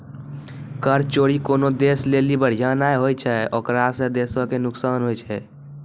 कर चोरी कोनो देशो लेली बढ़िया नै होय छै ओकरा से देशो के नुकसान होय छै